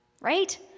Right